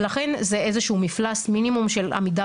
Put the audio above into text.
לכן זה איזשהו מפלס מינימום של עמידה